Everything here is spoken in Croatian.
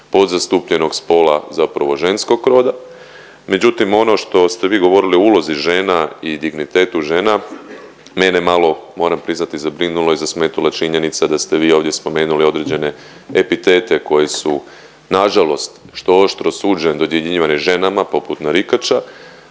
podzastupljenog spola zapravo ženskog roda, međutim, ono što ste vi govorili o ulozi žena i dignitetu žena, mene je malo, moram priznati zabrinulo i zasmetala činjenica da ste vi ovdje spomenuli određene epitete koji su nažalost, što oštro osuđujem, dodjeljivanje ženama, poput narikača,